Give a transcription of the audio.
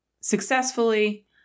successfully